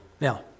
Now